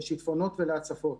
לשיטפונות ולהצפות.